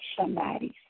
somebody's